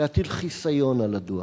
להטיל חיסיון על הדוח.